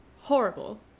horrible